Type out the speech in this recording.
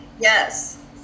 Yes